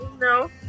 No